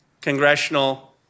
Congressional